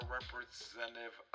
representative